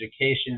education